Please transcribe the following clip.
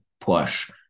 push